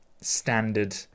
standard